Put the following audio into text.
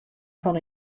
fan